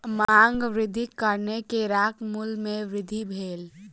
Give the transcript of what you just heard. मांग वृद्धिक कारणेँ केराक मूल्य में वृद्धि भेल